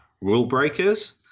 rule-breakers